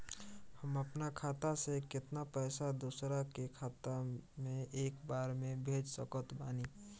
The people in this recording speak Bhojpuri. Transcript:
हम अपना खाता से केतना पैसा दोसरा के खाता मे एक बार मे भेज सकत बानी?